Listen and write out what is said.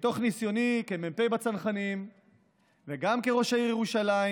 מתוך ניסיוני כמ"פ בצנחנים וגם כראש העיר ירושלים,